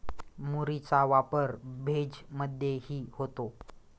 मुरीचा वापर भेज मधेही होतो